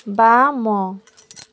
ବାମ